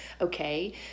okay